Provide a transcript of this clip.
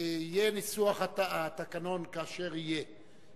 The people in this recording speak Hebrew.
יהיה ניסוח התקנון כאשר יהיה,